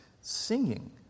singing